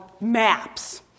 maps